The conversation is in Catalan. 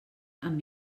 amb